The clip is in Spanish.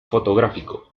fotográfico